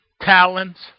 talents